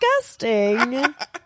disgusting